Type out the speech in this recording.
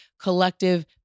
Collective